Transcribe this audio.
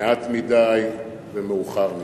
מעט מדי ומאוחר מדי.